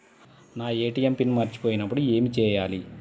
నా ATM PIN మరచిపోయినప్పుడు ఏమి చేయాలి?